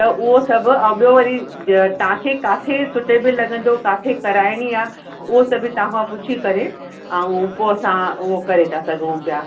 त उहो सभु ऐं ॿियो वरी ज तव्हांखे किथे सुटेबल लॻंदो किथे कराइणी आहे उहो सभ बि तव्हांखां पुछी करे ऐं पोइ असां उहो करे था सघूं पिया